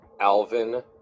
alvin